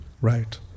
Right